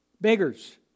Beggars